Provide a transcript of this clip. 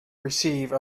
receive